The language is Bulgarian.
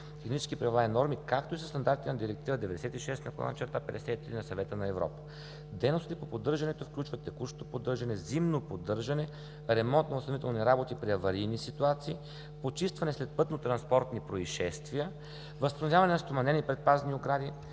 технически правила и норми, както и със стандартите на Директива № 96/53 на Съвета на Европа. Дейностите по поддържането включват текущо поддържане; зимно поддържане; ремонтно възстановителни работи при аварийни ситуации; почистване след пътнотранспортни произшествия; възстановяване на стоманени предпазни огради;